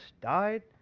died